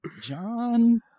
John